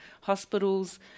hospitals